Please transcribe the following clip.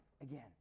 again